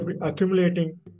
Accumulating